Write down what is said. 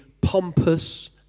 pompous